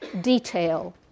detail